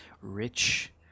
rich